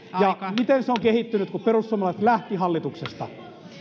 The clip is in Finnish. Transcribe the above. ja miten se on kehittynyt kun perussuomalaiset lähtivät hallituksesta